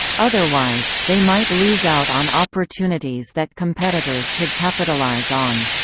otherwise, they might lose out on opportunities that competitors could capitalize on.